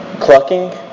clucking